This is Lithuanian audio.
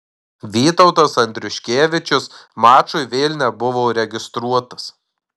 vytautas andriuškevičius mačui vėl nebuvo registruotas